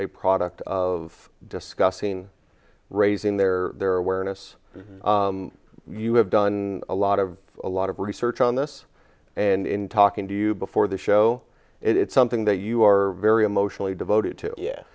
a product of discussing raising their their awareness you have done a lot of a lot of research on this and in talking to you before the show it's something that you are very emotionally devoted to ye